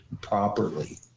properly